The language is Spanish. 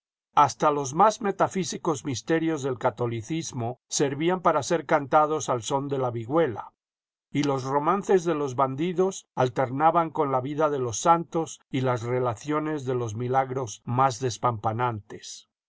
hasta los más meta físicos misterios del catolicismo servían para ser cantados al son de la vihuela y los romances de los bandidos alternaban con la vida de los santos y las relaciones de los milagros más